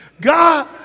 God